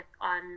on